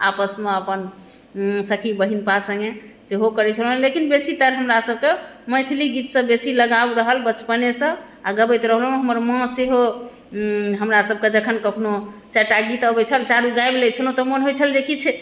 आपसमे अपन सखी बहिनपा सङ्गे सेहो करै छलहुँ हेँ लेकिन बेसीतर हमरा सभके मैथिली गीतसँ बेसी लगाव रहल बचपनेसँ आओर गबैत रहलहुँ हमर माँ सेहो हमरा सभके जखन कखनो चारिटा गीत अबैत छल चारु गाबि लै छलहुँ तऽ मोन होइत छल किछु